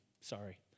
Sorry